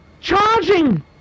charging